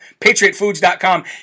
PatriotFoods.com